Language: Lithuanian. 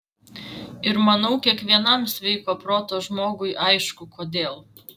ir manau kiekvienam sveiko proto žmogui aišku kodėl